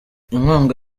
inkunga